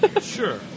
Sure